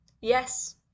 Yes